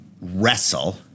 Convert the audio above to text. wrestle